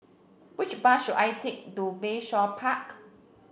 which bus should I take to Bayshore Park